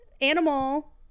animal